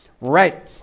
Right